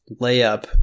layup